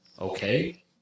okay